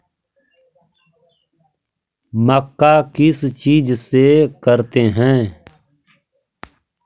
मक्का किस चीज से करते हैं?